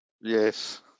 Yes